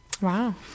Wow